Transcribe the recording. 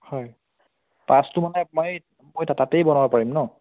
হয় পাচটো মানে মই মই তাতেই বনাব পাৰিম ন